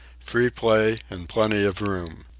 free play and plenty of room.